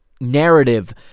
narrative